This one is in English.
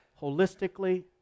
holistically